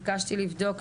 ביקשתי לבדוק,